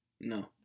No